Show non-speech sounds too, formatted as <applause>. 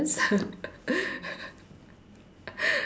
<laughs>